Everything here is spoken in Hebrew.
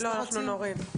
לא, אנחנו נוריד.